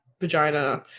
vagina